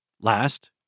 Last